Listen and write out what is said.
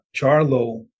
Charlo